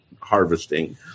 harvesting